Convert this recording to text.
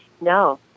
No